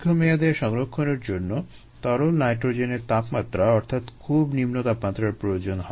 দীর্ঘ মেয়াদে সংক্ষরণের জন্য তরল নাইট্রোজেনের তাপমাত্রা অর্থাৎ খুব নিম্ন তাপমাত্রার প্রয়োজন হয়